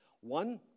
One